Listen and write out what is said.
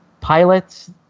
pilots